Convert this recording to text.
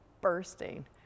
bursting